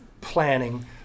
planning